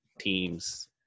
teams